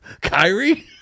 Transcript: Kyrie